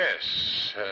yes